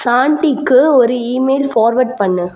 சாண்டிக்கு ஒரு email forward பண்ணு